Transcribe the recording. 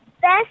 best